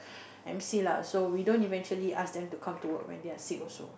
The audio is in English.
m_c lah so we don't eventually ask them to come to work when they are sick also